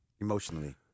emotionally